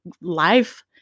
life